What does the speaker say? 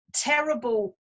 terrible